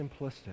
simplistic